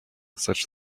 such